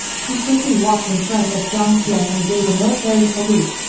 he quickly walked in front of jiang tian and gave a military salute,